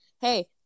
hey